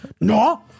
No